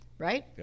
Right